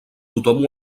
tothom